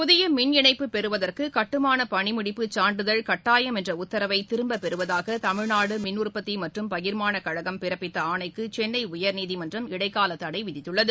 புதிய மின் இணைப்பு பெறுவதற்கு கட்டுமானப்பணி முடிப்பு சான்றிதழ் கட்டாயம் என்ற உத்தரவை திரும்பப்பெறுவதாக தமிழ்நாடு மின் உற்பத்தி மற்றும் பகிர்மாளக்கழகம் பிறப்பித்த ஆணைக்கு சென்னை உயர்நீதிமன்றம் இடைக்கால தடை விதித்துள்ளது